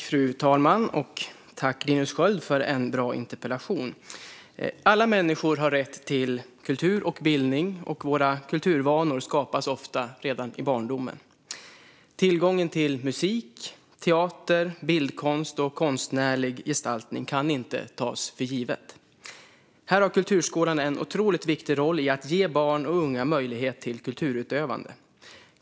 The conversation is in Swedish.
Fru talman! Tack, Linus Sköld, för en bra interpellation! Alla människor har rätt till kultur och bildning. Våra kulturvanor skapas ofta redan i barndomen. Tillgången till musik, teater, bildkonst och konstnärlig gestaltning kan inte tas för given. Här har kulturskolan en otroligt viktig roll i att ge barn och unga möjlighet till kulturutövande.